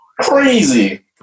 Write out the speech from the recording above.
Crazy